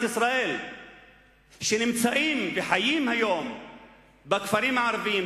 ישראל שנמצאים וחיים היום בכפרים הערביים,